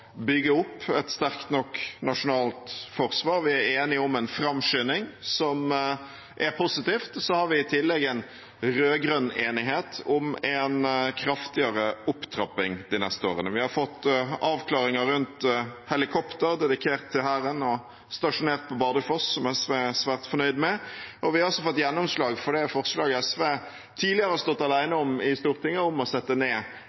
bygge opp et sterkt nok nasjonalt forsvar. Vi er enige om en framskynding, som er positivt. I tillegg har vi en rød-grønn enighet om en kraftigere opptrapping de neste årene. Vi har fått avklaringer rundt helikopter dedikert til Hæren og stasjonert på Bardufoss, som SV er svært fornøyd med, og vi har også fått gjennomslag for det forslaget SV tidligere har stått alene om i Stortinget, om å sette ned